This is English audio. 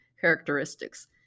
characteristics